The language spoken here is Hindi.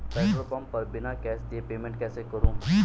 पेट्रोल पंप पर बिना कैश दिए पेमेंट कैसे करूँ?